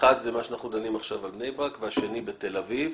זה מה שאנחנו דנים עכשיו על בני ברק והשני בתל אביב.